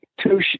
two